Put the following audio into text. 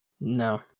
No